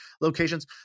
locations